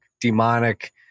demonic